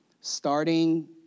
Starting